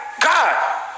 God